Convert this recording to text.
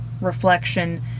reflection